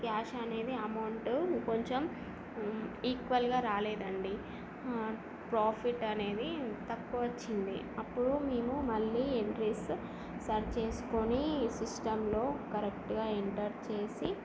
cache అనేది amount కొంచెం ఈక్వల్గా రాలేదు అండి ప్రాఫిట్ అనేది తక్కువ వచ్చింది అప్పుడు మేము మళ్ళీ ఎంట్రీస్ సర్చ్ చేసుకుని సిస్టంలో కరెక్ట్గా ఎంటర్ చేసి